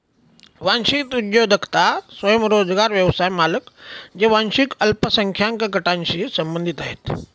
वांशिक उद्योजकता स्वयंरोजगार व्यवसाय मालक जे वांशिक अल्पसंख्याक गटांशी संबंधित आहेत